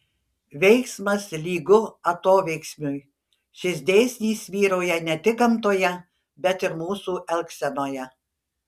veiksmas lygu atoveiksmiui šis dėsnis vyrauja ne tik gamtoje bet ir mūsų elgsenoje